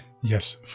Yes